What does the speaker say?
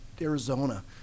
Arizona